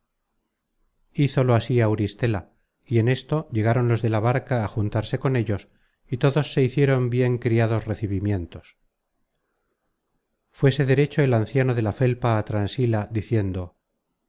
hizolo así auristela y en esto llegaron los de la barca á juntarse con ellos y todos se hicieron bien criados recibimientos fuése derecho el anciano de la felpa á transila diciendo